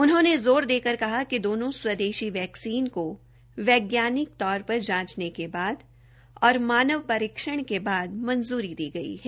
उन्होंने ज़ोर देकर कहा कि दोनों स्वदेशी वैक्सीन को वैज़ानिक तौर पर जांचने के बाद और मानव परीक्षण के आद मंजूरी दी गई है